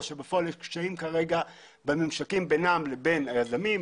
שבפועל יש קשיים כרגע בממשקים בינם לבין היזמים,